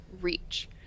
reach